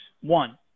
One